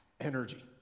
energy